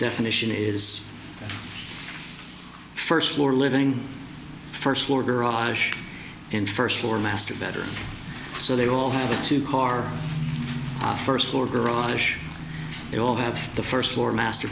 definition is first floor living first floor garage and first floor master better so they all have a two car first floor garage they all have the first floor master